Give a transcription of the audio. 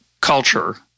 culture